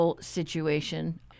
situation